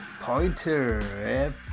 Pointer